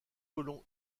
colomb